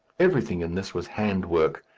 everything in this was hand work,